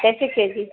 کیسے کے جی